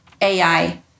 AI